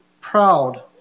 proud